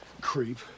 creep